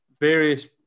various